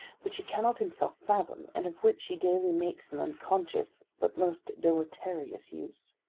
which he cannot himself fathom and of which he daily makes an unconscious but most deleterious use.